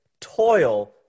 toil